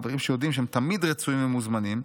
חברים שיודעים שהם תמיד רצויים ומוזמנים,